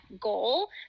goal